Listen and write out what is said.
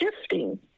shifting